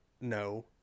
no